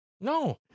no